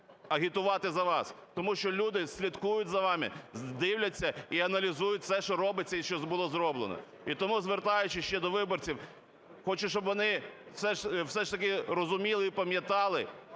агітувати за вас. Тому що люди слідкують за вами, дивляться і аналізують все, що робиться і що було зроблено. І тому, звертаючись ще до виборців, хочу щоб вони все ж таки розуміли і пам'ятали,